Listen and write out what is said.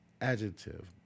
Adjective